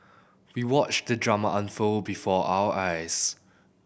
we watched the drama unfold before our eyes